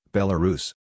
Belarus